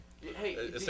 hey